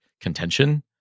contention